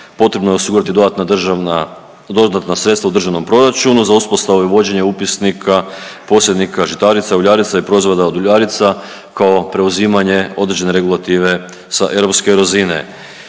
dodatna državna, dodatna sredstva u državnom proračunu za uspostavu i vođenje upisnika posrednika žitarica, uljarica i proizvoda od uljarica kao preuzimanje određene regulative sa europske razine.